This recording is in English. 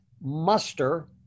muster